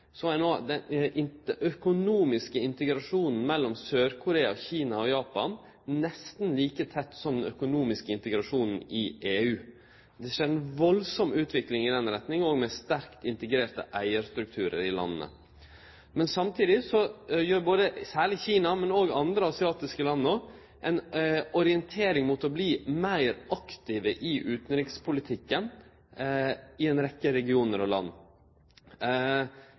er interregional: Den økonomiske integrasjonen mellom Sør-Korea, Kina og Japan er nesten like tett som den økonomiske integrasjonen i EU. Det skjer ei veldig utvikling i den retninga, med sterkt integrerte eigarstrukturar i dei landa. Samtidig har særleg Kina, men òg andre asiatiske land orientert seg mot å verte meir aktive i utanrikspolitikken i ei rekkje regionar og land.